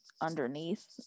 underneath